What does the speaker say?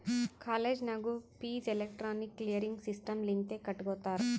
college ನಾಗೂ fees electronic clearing system ಲಿಂತೆ ಕಟ್ಗೊತ್ತಾರ್